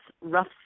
Rough